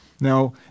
Now